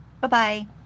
Bye-bye